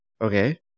Okay